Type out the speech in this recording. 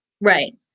Right